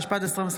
התשפ"ד 2024,